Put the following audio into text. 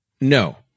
No